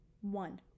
one